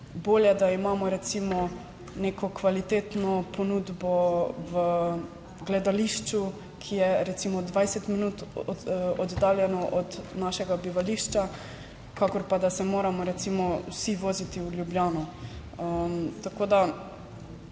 bolje, da imamo recimo neko kvalitetno ponudbo v gledališču, ki je recimo 20 minut oddaljeno od našega bivališča, kakor pa da se moramo recimo vsi voziti v Ljubljano, tako da